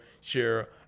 share